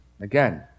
Again